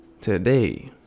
today